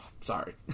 sorry